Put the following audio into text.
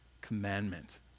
commandment